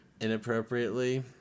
inappropriately